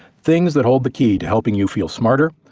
things that hold the key to helping you feel smarter,